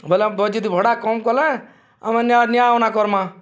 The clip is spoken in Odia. ବୋଇଲେ ବ ଯଦି ଭଡ଼ା କମ୍ କଲେ ଆମେ ନିଆ ନିଆଁଉନା କର୍ମା